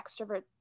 extrovert